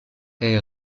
est